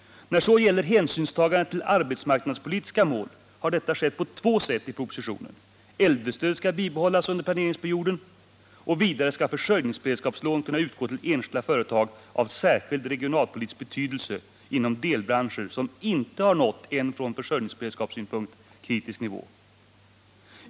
När det så gäller hänsynstagande till de arbetsmarknadspolitiska målen har detta skett på två sätt i propositionen: äldrestödet skall bibehållas under planeringsperioden, och vidare skall försörjningsberedskapslån kunna utgå till enskilda företag av särskild regionalpolitisk betydelse inom delbranscher som inte har nått en från försörjningsberedskapssynpunkt kritisk nivå.